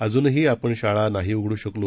अजूनही आपण शाळा नाही उघडू शकलो